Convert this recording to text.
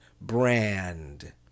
Brand